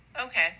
Okay